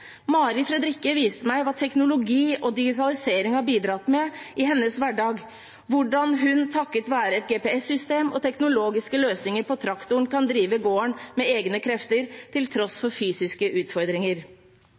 Fredrikke viste meg hva teknologi og digitalisering har bidratt med i hennes hverdag – hvordan hun, takket være et GPS-system og teknologiske løsninger på traktoren, kan drive gården med egne krefter, til tross